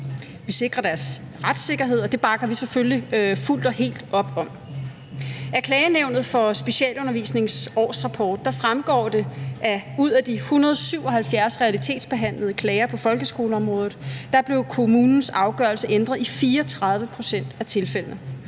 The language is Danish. Vi sikrer deres retssikkerhed, og det bakker vi selvfølgelig fuldt og helt op om. Af Klagenævnet for Specialundervisnings årsrapport fremgår det, at ud af de 177 realitetsbehandlede klager på folkeskoleområdet blev kommunens afgørelse ændret i 34 pct. af tilfældene,